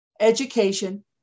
education